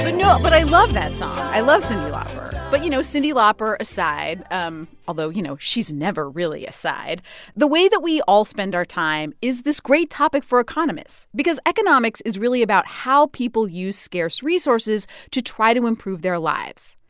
ah but i love that song. i love cyndi lauper. but, you know, cyndi lauper aside um although, you know, she's never really aside the way that we all spend our time is this great topic for economists because economics is really about how people use scarce resources to try to improve their lives.